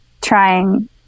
trying